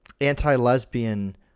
anti-lesbian